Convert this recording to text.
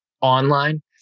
online